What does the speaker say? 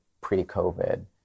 pre-COVID